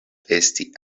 esti